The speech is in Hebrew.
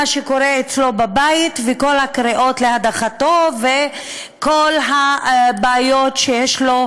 ממה שקורה אצלו בבית ומכל הקריאות להדחתו ומכל הבעיות שיש לו,